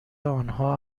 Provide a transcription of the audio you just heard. آنها